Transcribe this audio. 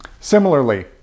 Similarly